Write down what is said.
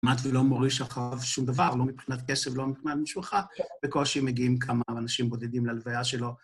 מת ולא מוריש אחריו שום דבר, לא מבחינת כסף, לא מבחינת משפחה, בקושי מגיעים כמה אנשים בודדים ללוויה שלו.